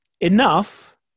Enough